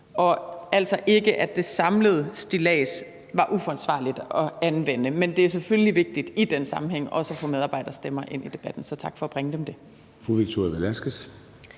altså ikke at det samlede stillads var uforsvarligt at anvende, men det er selvfølgelig vigtigt i den sammenhæng også at få medarbejderstemmer ind i debatten. Så tak for at bringe dem det.